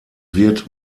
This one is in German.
wird